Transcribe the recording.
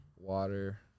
Water